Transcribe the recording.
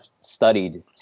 studied